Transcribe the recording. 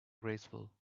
graceful